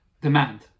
demand